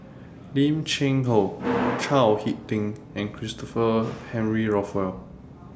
Lim Cheng Hoe Chao Hick Tin and Christopher Henry Rothwell